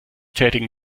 tätigen